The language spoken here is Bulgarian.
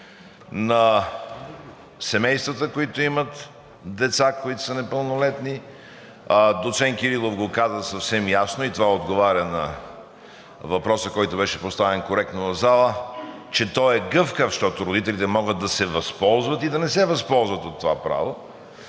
на семействата, които имат деца, които са непълнолетни, а доц. Кирилов го каза съвсем ясно и това отговаря на въпроса, който беше поставен коректно в зала, че той е гъвкав, защото родителите могат да се възползват и да не се възползват от това право.